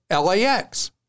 LAX